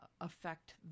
affect